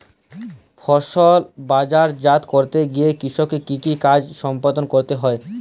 ফসল বাজারজাত করতে গিয়ে কৃষককে কি কি কাজ সম্পাদন করতে হয়?